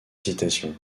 citation